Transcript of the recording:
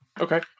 Okay